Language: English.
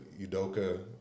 Udoka